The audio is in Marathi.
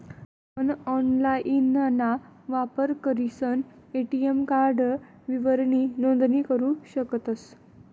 आपण ऑनलाइनना वापर करीसन ए.टी.एम कार्ड विवरणनी नोंदणी करू शकतस